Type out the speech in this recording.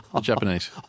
Japanese